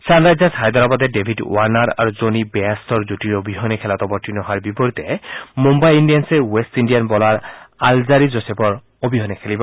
Sunrisers হায়দৰাবাদে David Warner আৰু Jonny বেয়াৰ্টৰ যুতি অবিহনে খেলত অৱতীৰ্ণ হোৱাৰ বিপৰীতে মুম্বাই ইণ্ডিয়ানছে ৱেষ্ট ইণ্ডিয়ান বলাৰ আলজাৰী জোচেফৰ অবিহনে খেলিব